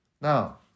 Now